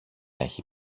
έχει